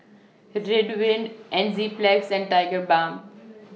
Ridwind Enzyplex and Tigerbalm